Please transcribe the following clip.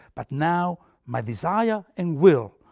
but now my desire and will,